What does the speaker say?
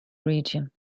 region